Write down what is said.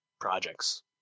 projects